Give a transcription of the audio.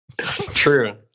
True